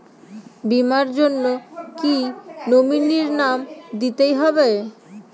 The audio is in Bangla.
বীমার জন্য কি নমিনীর নাম দিতেই হবে?